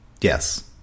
Yes